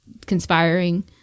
conspiring